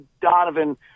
Donovan